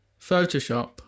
Photoshop